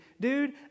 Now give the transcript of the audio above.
dude